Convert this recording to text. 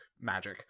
magic